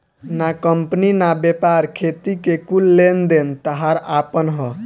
ना कंपनी ना व्यापार, खेती के कुल लेन देन ताहार आपन ह